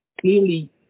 clearly